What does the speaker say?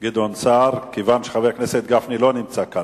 גדעון סער, כיוון שחבר הכנסת גפני לא נמצא כאן.